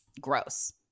gross